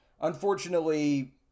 unfortunately